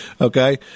Okay